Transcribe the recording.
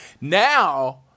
Now